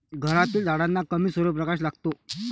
घरातील झाडांना कमी सूर्यप्रकाश लागतो